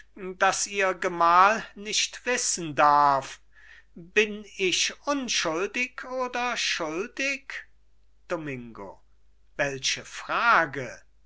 das ihr gemahl nicht wissen darf bin ich unschuldig oder schuldig domingo welche frage